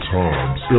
times